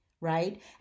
right